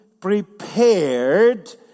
prepared